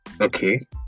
okay